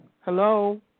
Hello